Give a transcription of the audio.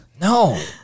No